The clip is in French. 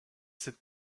cette